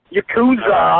Yakuza